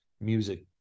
music